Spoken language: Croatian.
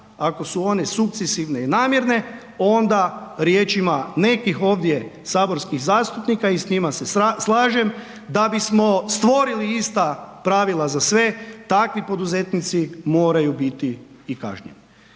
ako su one sukcesivne i namjerne onda riječima nekih ovdje saborskih zastupnika i s njima se slažem da bismo stvorili ista pravila za sve, takvi poduzetnici moraju biti i kažnjeni.